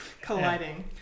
colliding